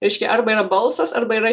reiškia arba yra balsas arba yra